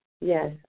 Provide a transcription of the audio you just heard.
Yes